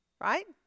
right